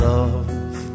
Love